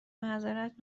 معظرت